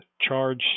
charge